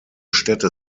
städte